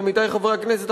עמיתי חברי הכנסת,